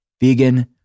vegan